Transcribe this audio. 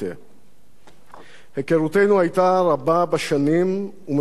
היכרותנו היתה רבה בשנים ומרובה בחוויות משותפות,